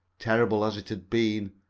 terrible as it had been,